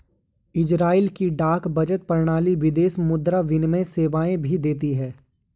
Israel की डाक बचत प्रणाली विदेशी मुद्रा विनिमय सेवाएं भी देती है